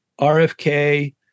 RFK